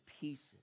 pieces